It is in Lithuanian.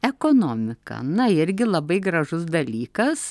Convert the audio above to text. ekonomika na irgi labai gražus dalykas